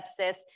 sepsis